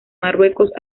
marruecos